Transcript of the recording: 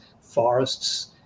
forests